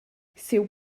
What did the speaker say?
siu